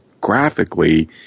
graphically